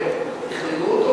תכננו אותו,